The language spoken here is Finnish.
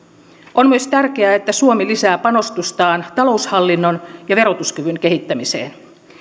on myös tärkeää että suomi lisää panostustaan taloushallinnon ja verotuskyvyn kehittämiseen